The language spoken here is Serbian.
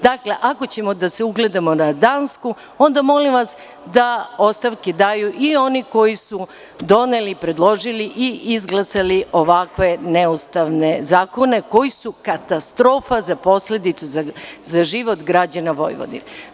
Dakle, ako ćemo da se ugledamo na Dansku, onda molimo vas da ostavke daju i oni koji su doneli, predložili i izglasali ovako neustavne zakone, koji su katastrofa za posledicu, za život građana Vojvodine.